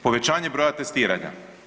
Povećanje broja testiranja.